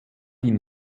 ihn